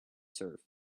surf